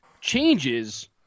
changes